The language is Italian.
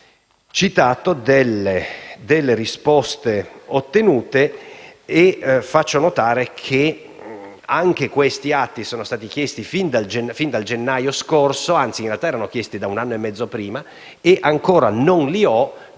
ho citato, delle risposte ottenute ma faccio notare che anche questi atti, che erano stati chiesti fin da gennaio scorso (anzi, in realtà erano stati chiesti un anno e mezzo prima), ancora non li ho